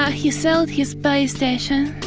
yeah he sold his playstation.